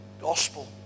gospel